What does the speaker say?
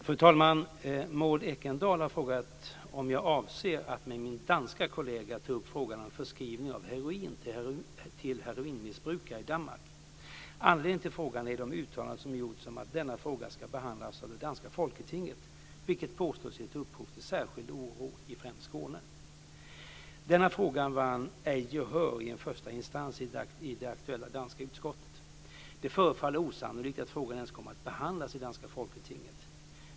Fru talman! Maud Ekendahl har frågat om jag avser att med min danske kollega ta upp frågan om förskrivning av heroin till heroinmissbrukare i Danmark. Anledningen till frågan är de uttalanden som gjorts om att denna fråga ska behandlas av det danska folketinget, vilket påstås gett upphov till särskild oro i främst Skåne. Denna fråga vann ej gehör i en första instans i det aktuella danska utskottet. Det förefaller osannolikt att frågan ens kommer att behandlas i danska folketinget.